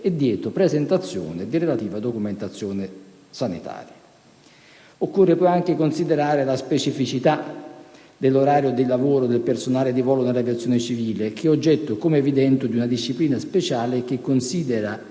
dietro presentazione di relativa documentazione sanitaria. Occorre inoltre considerare la specificità dell'orario di lavoro del personale di volo dell'aviazione civile, che è oggetto, com'è evidente, di una disciplina speciale e che considera